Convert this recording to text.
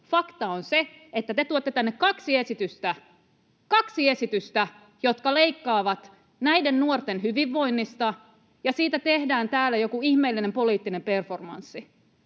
Fakta on se, että te tuotte tänne kaksi esitystä — kaksi esitystä — jotka leikkaavat näiden nuorten hyvinvoinnista, ja siitä tehdään täällä joku ihmeellinen poliittinen performanssi.